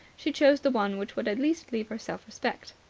she chose the one which would at least leave her self-respect.